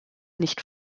nicht